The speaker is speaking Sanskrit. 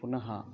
पुनः